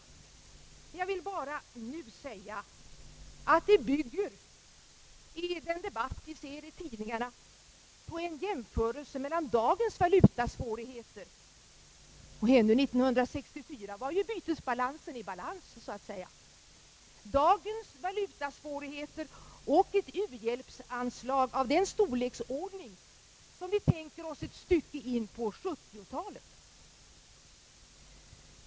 Jag vill bara nu säga att det bygger — i den debatt vi nu ser i tidningarna — på en jämförelse mellan dagens valutasvårigheter och ett u-hjälpsanslag av den storleksordning som vi tänker oss ett stycke in på 1970-talet.